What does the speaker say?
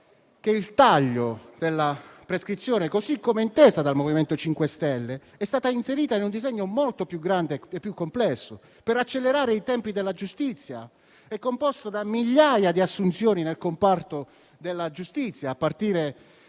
il taglio della prescrizione, così come intesa dal Movimento 5 Stelle, è stato inserito in un disegno molto più grande e più complesso, per accelerare i tempi della giustizia, composto da migliaia di assunzioni nel comparto della giustizia, a partire